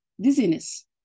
dizziness